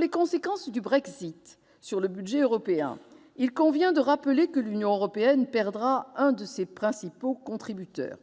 des conséquences du Brexit sur le budget européen, il convient de rappeler que l'Union européenne perdra l'un de ses principaux contributeurs.